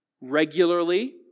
Regularly